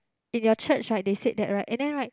in your church right they said that right and then right